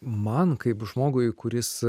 man kaip žmogui kuris